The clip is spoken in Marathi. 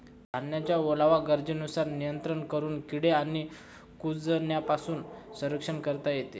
धान्याचा ओलावा गरजेनुसार नियंत्रित करून किडे आणि कुजण्यापासून संरक्षण करता येते